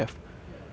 mm